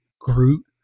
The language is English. Groot